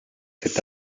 cet